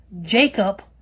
Jacob